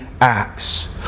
acts